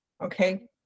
Okay